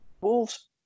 Wolves